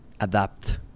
adapt